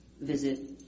visit